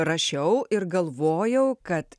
rašiau ir galvojau kad